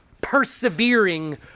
persevering